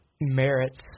merits